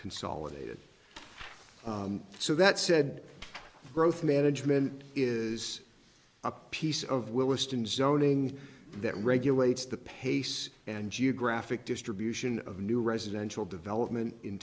consolidated so that said growth management is a piece of willesden zoning that regulates the pace and geographic distribution of new residential development in